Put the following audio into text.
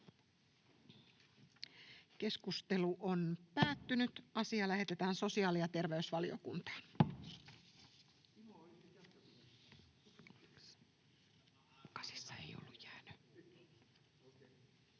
ehdottaa, että asia lähetetään sosiaali- ja terveysvaliokuntaan.